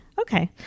Okay